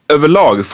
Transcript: Överlag